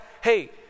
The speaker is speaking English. hey